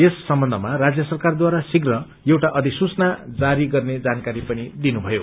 यस सम्बन्धमा राज्य सरकारद्वारा शाीघ्र एउटा अधिसूचना जारी गर्ने जानकारी पनि दिनुथयो